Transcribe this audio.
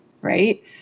right